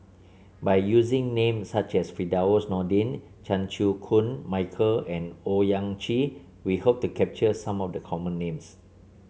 by using names such as Firdaus Nordin Chan Chew Koon Michael and Owyang Chi we hope to capture some of the common names